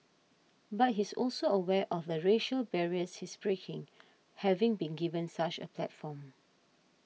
but he's also aware of the racial barriers he's breaking having been given such a platform